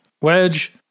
Wedge